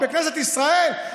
בכנסת ישראל,